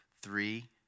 three